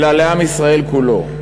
אלא לעם ישראל כולו.